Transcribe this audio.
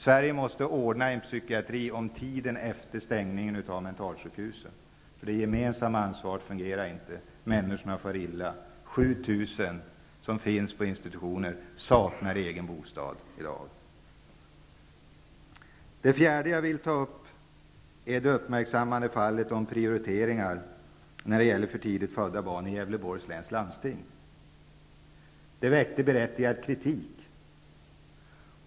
Sverige måste ordna en psykiatri för tiden efter stängningen av mentalsjukhusen. Det gemensamma ansvaret fungerar inte. Människorna far illa. 7 000 personer som finns på institutioner saknar i dag egen bostad. För det femte vill jag ta upp det uppmärksammade fallet med prioriteringar när det gäller för tidigt födda barn i Gävleborgs läns landsting. Det väckte berättigad kritik.